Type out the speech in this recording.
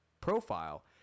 profile